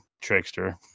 Trickster